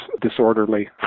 disorderly